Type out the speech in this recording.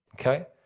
Okay